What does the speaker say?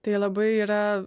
tai labai yra